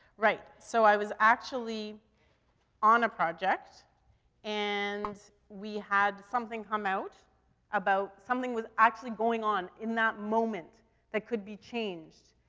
right. so i was actually on a project and we had something come out about something was actually going on in that moment that could be changed.